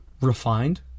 refined